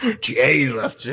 Jesus